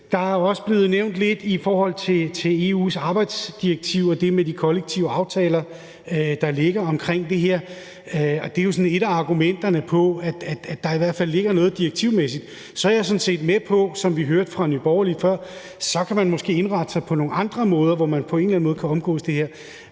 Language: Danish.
Der er også blevet nævnt noget om EU's arbejdsdirektiv og de kollektive aftaler, der ligger på det her område, og det er jo i hvert fald et af argumenterne for, at der ligger noget rent direktivmæssigt. Så er jeg sådan set med på, som vi hørte fra Nye Borgerlige før, at man måske kan indrette sig på nogle andre måder, hvor man på en eller anden måde kan omgå det her.